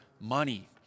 money